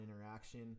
interaction